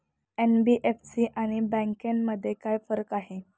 NBFC आणि बँकांमध्ये काय फरक आहे?